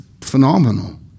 phenomenal